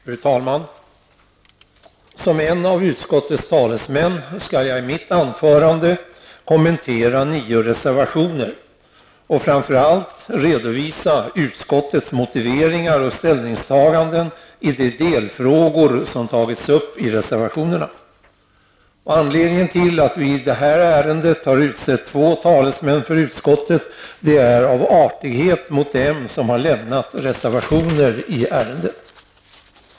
Fru talman! Som en av utskottets talesmän skall jag i mitt anförande kommentera nio reservationer och framför allt redovisa utskottets motiveringar och ställningstaganden i de delfrågor som tagits upp i reservationerna. Anledningen till att vi i det här ärendet har utsett två talesmän för utskottet är artighet mot dem som har lämnat reservationer i ärendet.